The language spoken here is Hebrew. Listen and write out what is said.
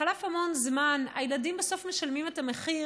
חלף המון זמן, והילדים בסוף משלמים את המחיר.